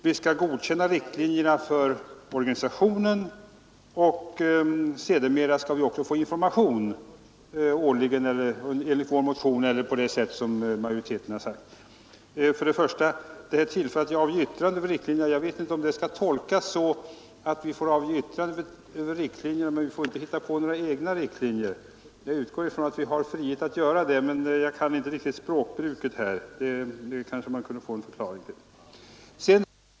Vi godkänna riktlinjerna för organisationen och sedermera skall vi också få information, antingen årligen som vi föreslår i vår motion eller också på det sätt som majoriteten uttalat sig för. Jag vet inte om uttalandet om att vi skall beredas tillfälle att yttra oss skall tolkas så att vi får yttra oss över riktlinjerna men att vi inte får hitta på några egna riktlinjer. Jag utgår från att vi har frihet att framlägga egna förslag, men jag kan inte språkbruket riktigt det kanske man skulle kunna få en förklaring på.